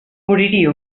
moriria